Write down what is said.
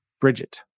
Bridget